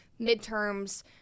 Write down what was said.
midterms